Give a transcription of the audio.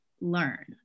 learn